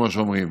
כמו שאומרים: